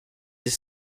his